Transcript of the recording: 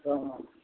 तऽ हमर